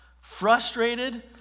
frustrated